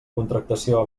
contractació